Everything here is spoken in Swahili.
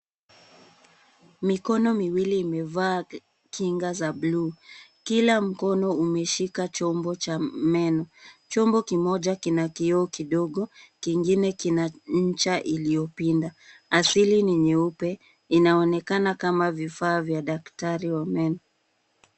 Mikono miwili imevaa kinga za buluu. Kila mkono umeshika chombo cha meno. Chombo kimoja kina kioo kidogo, kingine kina ncha iliyopinda. Asili ni nyeupe. Inaonekana kama vifaa vya daktari wa meno.